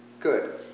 Good